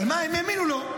אבל מה, הם האמינו לו.